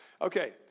Okay